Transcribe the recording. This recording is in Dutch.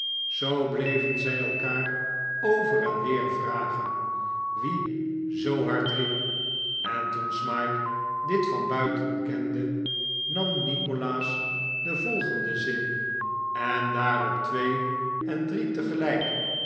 zoo bleven zij elkaar over en weer vragen wie zoo hard riep en toen smike dit van buiten kende nam nikolaas den volgenden zin en daarop twee en drie tegelijk